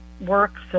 works